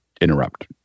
interrupt